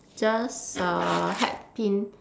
just uh hat pin